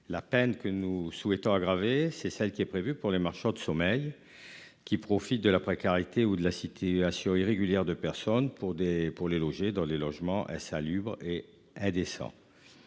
la peine que nous souhaitons aggravée, c'est celle qui est prévue pour les marchands de sommeil. Qui profitent de la précarité ou de la situation irrégulière de personnes pour des, pour les loger dans les logements insalubres et elle